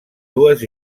dues